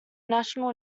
national